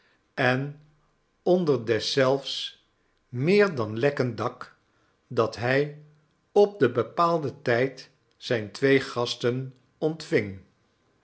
en onder deszelfs meer dan lekkend dak dat hij op den bepaalden tijd zijne twee gasten ontving